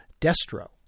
Destro